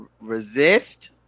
resist